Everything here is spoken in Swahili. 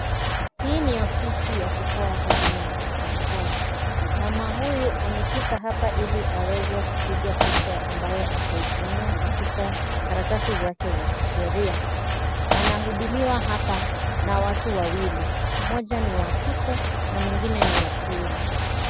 Hii ni ofisi ya kutoa huduma za serikali. Mama huyu amefika hapa ili aweze kupigwa picha ambayo ataitumia katika karatasi zake za kisheria. Anahudumiwa hapa na watu wawili, mmoja ni wa kike na mwingine ni wa kiume.